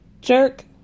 jerk